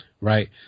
right